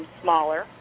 smaller